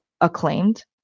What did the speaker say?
acclaimed